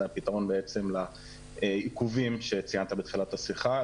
זה הפתרון לעיכובים שציינת בתחילת השיחה.